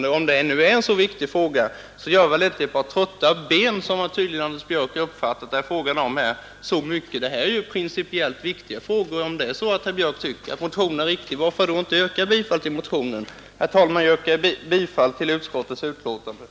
Men om det nu är en så viktig fråga, spelar väl inte riksdagsledamöternas trötta ben så stor roll, som herr Björck tydligen menade. Det gäller principiellt viktiga frågor, och om herr Björck tycker att motionen är riktig, varför då inte yrka bifall till den? Herr talman! Jag yrkar bifall till utskottets hemställan.